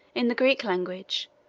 in the greek language,